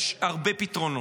יש הרבה פתרונות,